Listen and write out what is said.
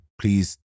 Please